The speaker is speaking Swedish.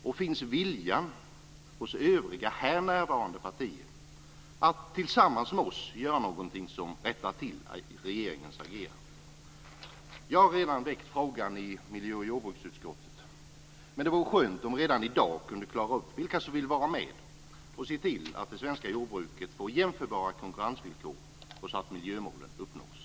Och finns viljan hos övriga här närvarande partier att tillsammans med oss göra någonting som rättar till regeringens agerande? Jag har redan väckt frågan i miljö och jordbruksutskottet, men det vore skönt om vi redan i dag kunde klara upp vilka som vill vara med och se till att det svenska jordbruket får jämförbara konkurrensvillkor så att miljömålen uppnås.